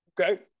Okay